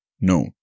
No